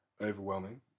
overwhelming